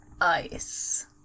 Ice